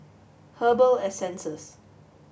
Herbal Essences